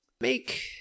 make